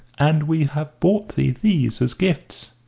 and we have brought thee these as gifts.